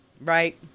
Right